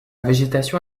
végétation